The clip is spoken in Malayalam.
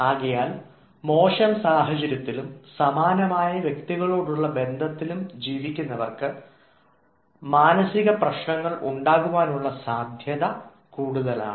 ആകയാൽ മോശം സാഹചര്യത്തിലും സമാനമായ വ്യക്തികളോടുള്ള ബന്ധത്തിലും ജീവിക്കുന്നവർക്ക് മാനസിക പ്രശ്നങ്ങൾ ഉണ്ടാകാനുള്ള സാധ്യത കൂടുതലാണ്